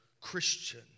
Christian